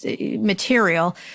material